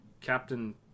Captain